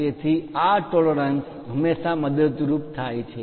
તેથી આ ટોલરન્સ પરિમાણ માં માન્ય તફાવત હંમેશા મદદરૂપ થાય છે